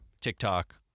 TikTok